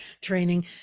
training